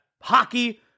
hockey